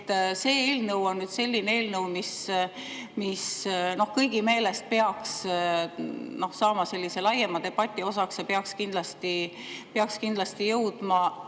see on selline eelnõu, mis kõigi meelest peaks saama laiema debati osaks ja peaks kindlasti jõudma